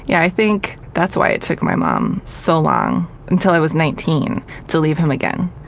yeah i think that's why it took my mom so long until i was nineteen to leave him again.